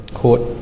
court